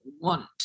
want